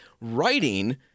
writing